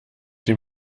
dem